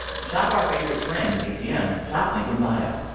shop our favorite trend, atm, shop link in bio.